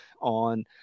on